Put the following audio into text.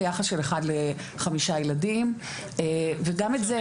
ביחס של אחד לחמישה ילדים וגם את זה,